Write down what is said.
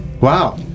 Wow